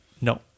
No